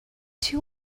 two